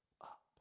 Up